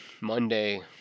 monday